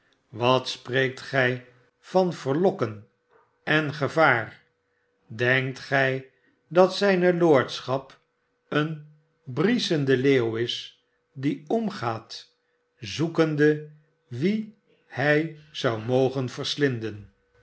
wat spreekt gij van verlokken en gevaar denkt gij dat zijne lordschap een brieschende leeuw is die omgaat zoekende wien hij zou mogen verslinden